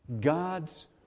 God's